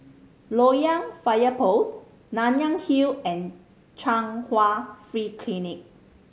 Loyang Fire Post Nanyang Hill and Chung Hwa Free Clinic